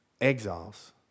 Exiles